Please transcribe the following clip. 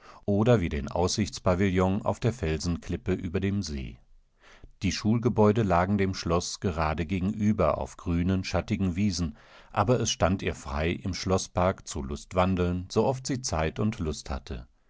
oder wie den aussichtspavillon auf der felsenklippe über dem see die schulgebäude lagen dem schloß gerade gegenüber auf grünen schattigenwiesen aberesstandihrfrei imschloßparkzulustwandeln sooft sie zeit und lust hatte